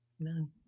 amen